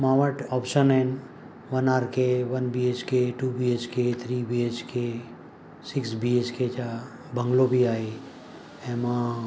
मां वटि ऑप्शन आहिनि one R K one B H K two B H K three B H K six B H K जा bungalow बि आहे ऐं मां